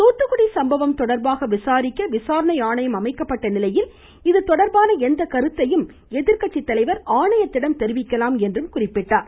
தூத்துக்குடி சம்பவம் தொடர்பாக விசாரிக்க விசாரணை ஆணையம் மேலும் அமைக்கப்பட்ட நிலையில் இது தொடர்பான எந்த கருத்தையும் எதிர்கட்சி தலைவர் ஆணையத்திடம் தெரிவிக்கலாம் என்றார்